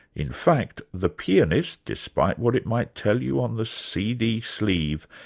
in fact the pianist, despite what it might tell you on the cd sleeve,